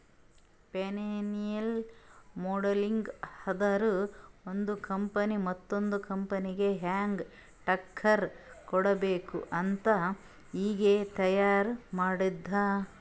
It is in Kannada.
ಫೈನಾನ್ಸಿಯಲ್ ಮೋಡಲಿಂಗ್ ಅಂದುರ್ ಒಂದು ಕಂಪನಿ ಮತ್ತೊಂದ್ ಕಂಪನಿಗ ಹ್ಯಾಂಗ್ ಟಕ್ಕರ್ ಕೊಡ್ಬೇಕ್ ಅಂತ್ ಈಗೆ ತೈಯಾರಿ ಮಾಡದ್ದ್